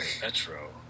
Metro